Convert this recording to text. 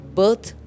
birth